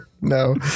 No